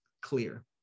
clear